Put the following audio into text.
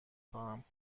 خواهم